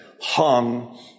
hung